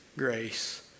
Grace